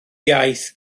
iaith